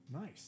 nice